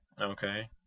Okay